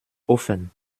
ofen